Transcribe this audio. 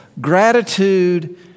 Gratitude